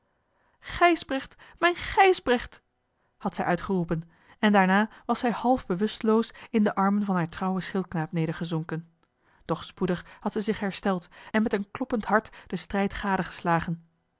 gijsbrecht mijn gijsbrecht had zij uitgeroepen en daarna was zij half bewusteloos in de armen van haar trouwen schildknaap nedergezonken doch spoedig had zij zich hersteld en met een kloppend hart den strijd